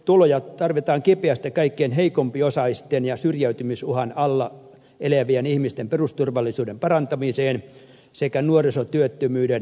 varallisuusverotuloja tarvitaan kipeästi kaikkein heikompiosaisten ja syrjäytymisuhan alla elävien ihmisten perusturvallisuuden parantamiseen sekä nuorisotyöttömyyden torjumiseen